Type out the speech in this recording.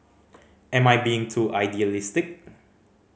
am I being too idealistic